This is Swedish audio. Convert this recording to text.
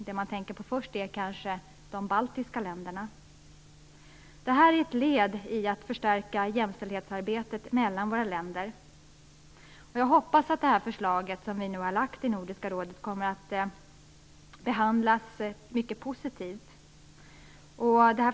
Det man tänker på först är kanske de baltiska länderna. Detta är ett led i att förstärka jämställdhetsarbetet mellan våra länder. Jag hoppas att förslaget, som nu har lagts fram i Nordiska rådet, kommer att behandlas positivt.